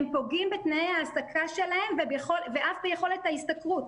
הם פוגעים בתנאי ההעסקה שלהם ואף ביכולת ההשתכרות.